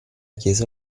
chiesa